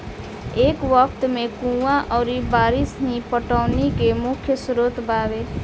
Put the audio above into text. ए वक्त में कुंवा अउरी बारिस ही पटौनी के मुख्य स्रोत बावे